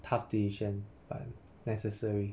tough decision but necessary